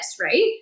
right